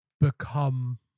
become